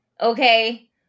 okay